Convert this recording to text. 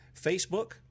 Facebook